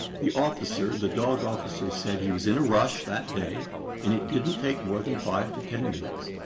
the officer, the dog officer, said he was in a rush that day and it didn't take more than five to ten minutes.